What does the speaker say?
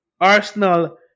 Arsenal